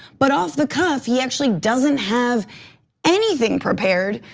but off the cuff he actually doesn't have anything prepared.